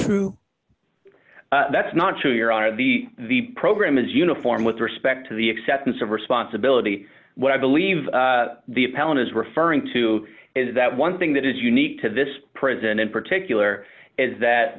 true that's not true your honor the the program is uniform with respect to the acceptance of responsibility what i believe the appellant is referring to is that one thing that is unique to this prison in particular is that